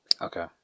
Okay